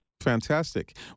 Fantastic